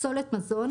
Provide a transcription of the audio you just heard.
"פסולת מזון"